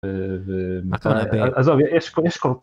אה...זה...עצור...עזוב, יש קוד